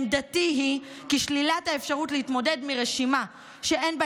עמדתי היא כי שלילת האפשרות להתמודד מרשימה שאין בה